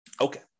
Okay